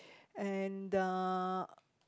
and the